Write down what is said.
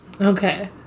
Okay